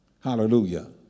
Hallelujah